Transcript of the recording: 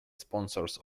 sponsors